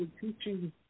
teaching